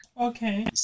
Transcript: Okay